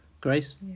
Grace